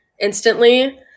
instantly